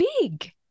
big